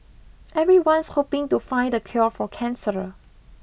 everyone's hoping to find the cure for cancer